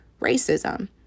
racism